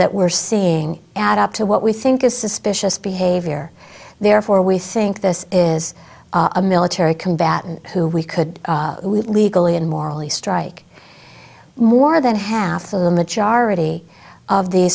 that we're seeing add up to what we think is suspicious behavior therefore we think this is a military combatant who we could legally and morally strike more than half of the majority of the